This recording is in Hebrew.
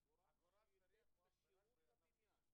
עגורן צריח הוא אך ורק בענף הבנייה.